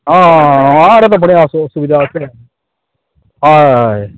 ହଁ ହଁ ହେଟା ତ ବଡ଼ିଆ ସୁବିଧା ଅଛି ହଁ ହଏ ହଏ